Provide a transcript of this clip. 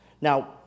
Now